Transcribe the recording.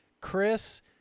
Chris